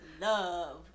love